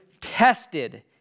tested